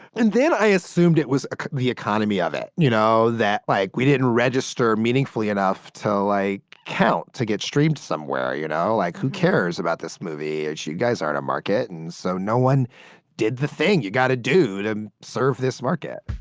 and then i assumed it was the economy of it, you know, that, like, we didn't register meaningfully enough to, like, count, to get streamed somewhere, you know? like, who cares about this movie? you guys aren't a market. and so no one did the thing you got to do to serve this market